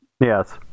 Yes